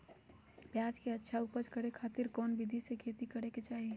प्याज के अच्छा उपज करे खातिर कौन विधि से खेती करे के चाही?